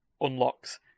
unlocks